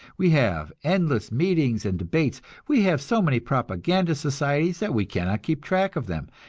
we have endless meetings and debates we have so many propaganda societies that we cannot keep track of them.